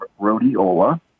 rhodiola